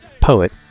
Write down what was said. poet